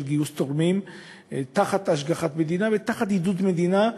של גיוס תורמים בהשגחת המדינה ובעידוד המדינה,